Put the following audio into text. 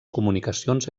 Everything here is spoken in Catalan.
comunicacions